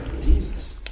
Jesus